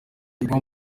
iguhe